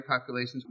populations